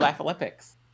Olympics